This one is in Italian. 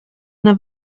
una